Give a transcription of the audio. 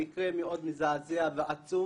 המקרה מאוד מזעזע ועצוב.